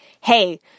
hey